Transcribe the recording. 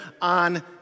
on